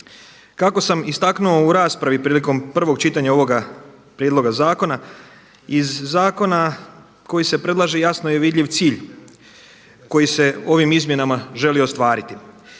Kako sam istaknuo u raspravi prilikom prvog čitanja ovoga prijedloga zakona iz zakona koji se predlaže jasno je vidljiv cilj koji se ovim izmjenama želi ostvariti.